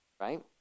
right